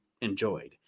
enjoyed